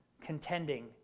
contending